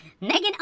Megan